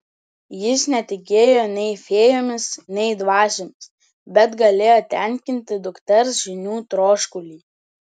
jis netikėjo nei fėjomis nei dvasiomis bet galėjo tenkinti dukters žinių troškulį